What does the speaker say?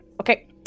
Okay